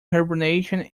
hibernation